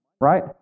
right